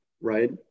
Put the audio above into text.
right